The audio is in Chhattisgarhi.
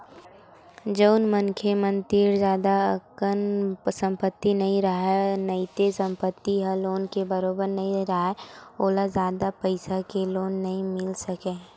जउन मनखे मन तीर जादा अकन संपत्ति नइ राहय नइते संपत्ति ह लोन के बरोबर नइ राहय ओला जादा पइसा के लोन नइ मिल सकय